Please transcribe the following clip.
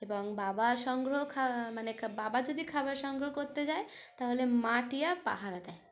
এবং বাবা সংগ্রহ খা মানে বাবা যদি খাবার সংগ্রহ করতে যায় তাহলে মা টিয়া পাহাারা দেয়